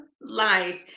life